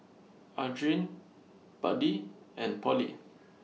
Adriene Buddie and Pollie